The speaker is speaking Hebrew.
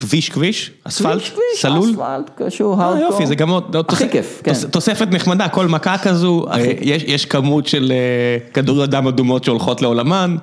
כביש כביש? אספלט? סלול? כביש כביש, אספלט, קשור, הרדקור, הכי כיף. יופי, זה גם עוד, תוספת נחמדה, כל מכה כזו, יש כמות של כדוריות דם אדומות שהולכות לעולמן.